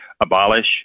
abolish